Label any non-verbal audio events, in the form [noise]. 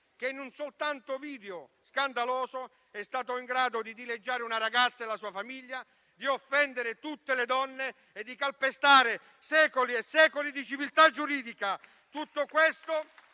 che in un suo video scandaloso è stato in grado di dileggiare una ragazza e la sua famiglia, di offendere tutte le donne e di calpestare secoli e secoli di civiltà giuridica. [applause]